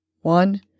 one